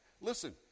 Listen